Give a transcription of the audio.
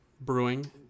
Brewing